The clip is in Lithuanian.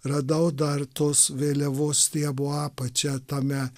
radau dar tos vėliavos stiebo apačią tame